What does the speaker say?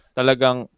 talagang